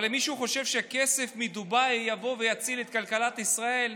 אבל אם מישהו חושב שהכסף מדובאי יבוא ויציל את כלכלת ישראל,